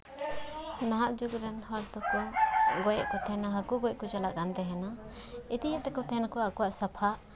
ᱱᱟᱦᱟᱜ ᱡᱩᱜᱽ ᱨᱮᱱ ᱦᱚᱲ ᱫᱚᱠᱚ ᱜᱚᱡ ᱮᱜ ᱠᱚ ᱛᱟᱦᱮᱱᱟ ᱦᱟᱹᱠᱩ ᱜᱚᱡ ᱠᱚ ᱪᱟᱞᱟᱜ ᱠᱟᱱ ᱛᱟᱦᱮᱱᱟ ᱤᱫᱤᱭᱮᱜ ᱛᱟᱦᱮ ᱱᱟᱠᱚ ᱟᱠᱚᱣᱟᱜ ᱥᱟᱯᱷᱟ